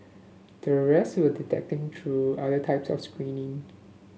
the rest were detected through other types of screening